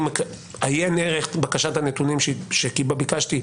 עיין ערך בקשת הנתונים שביקשתי.